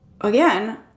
again